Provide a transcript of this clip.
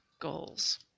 goals